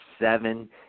seven